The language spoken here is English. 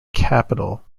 capital